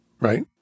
Right